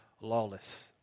lawless